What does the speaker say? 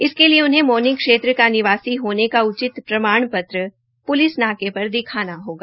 इसके लिए उन्हे मोरनी क्षेत्र का निवासी होने का उचित प्रमाण पत्र प्लिस नाके पर दिखाना होगा